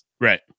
Right